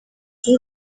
iyi